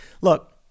Look